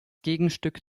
gegenstück